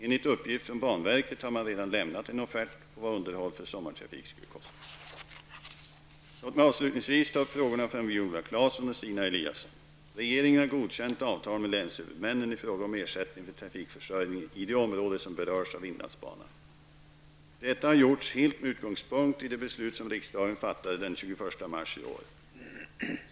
Enligt uppgift från banverket har man redan lämnat en offert på vad underhåll för sommartrafik skulle kosta. Låt mig avslutningsvis ta upp frågorna från Viola Claesson och Stina Eliasson. Regeringen har godkänt avtal med länshuvudmännen i fråga om ersättning för trafikförsörjningen i det område som berörs av inlandsbanan. Detta har gjorts helt med utgångspunkt i det beslut som riksdagen fattade den 21 mars i år.